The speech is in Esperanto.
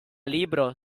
libro